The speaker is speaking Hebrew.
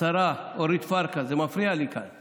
השרה אורית פרקש, זה מפריע לי